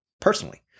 personally